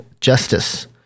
Justice